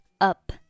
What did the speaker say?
up